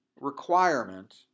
requirement